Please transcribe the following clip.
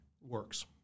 works